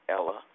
Ella